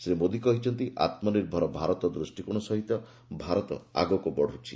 ଶ୍ରୀ ମୋଦୀ କହିଛନ୍ତି ଆତ୍ମ ନିର୍ଭର ଭାରତ ଦୃଷ୍ଟିକୋଣ ସହିତ ଭାରତ ଆଗକୁ ବଢୁଛି